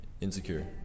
Insecure